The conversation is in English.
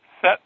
set